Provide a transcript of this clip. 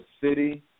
city